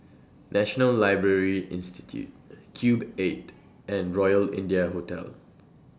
National Library Institute Cube eight and Royal India Hotel